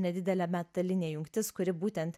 nedidelė metalinė jungtis kuri būtent